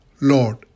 Lord